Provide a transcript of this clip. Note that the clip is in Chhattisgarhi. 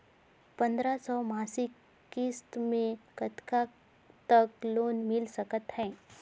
पंद्रह सौ मासिक किस्त मे कतका तक लोन मिल सकत हे?